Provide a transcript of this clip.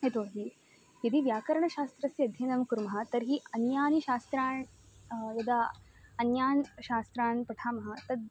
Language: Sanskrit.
यतो हि यदि व्याकरणशास्त्रस्य अध्ययनं कुर्मः तर्हि अन्यानि शास्त्राणि यदा अन्यानि शास्त्राणि पठामः तद्